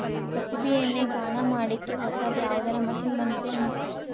ಕುಸುಬಿ ಎಣ್ಣೆ ಗಾಣಾ ಮಾಡಕ್ಕೆ ಹೊಸಾದ ಯಾವುದರ ಮಷಿನ್ ಬಂದದೆನು?